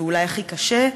ואולי הכי קשה,